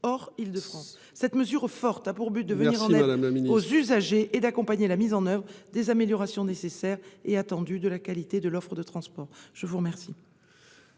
ministre déléguée. Cette mesure forte a pour but de venir en aide aux usagers et d'accompagner la mise en oeuvre des améliorations nécessaires et attendues de la qualité de l'offre de transports. Madame